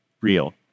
real